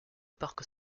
parc